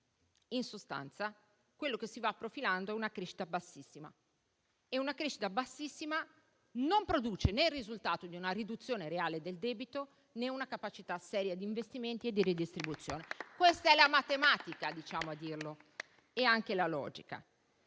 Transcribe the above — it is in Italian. In sostanza, quella che si va profilando è una crescita bassissima, che non produce né il risultato di una riduzione reale del debito, né una capacità seria di investimenti e di ridistribuzione. È la matematica a dirlo, oltre che la logica.